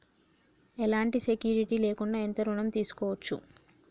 ఎలాంటి సెక్యూరిటీ లేకుండా ఎంత ఋణం తీసుకోవచ్చు?